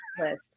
list